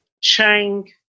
Chang